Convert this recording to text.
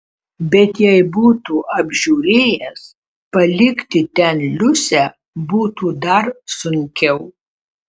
bet jei būtų apžiūrėjęs palikti ten liusę būtų dar sunkiau